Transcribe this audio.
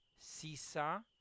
Sisa